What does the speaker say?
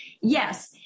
Yes